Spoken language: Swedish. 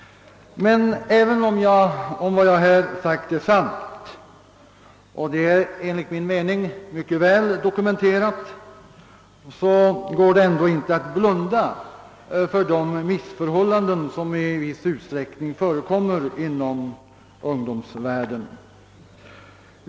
Även om det jag nu har sagt är sant — och det är enligt min mening mycket väl dokumenterat — går det ändå inte att blunda för de missförhållanden som i viss utsträckning förekommer inom ungdomsvärlden.